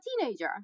teenager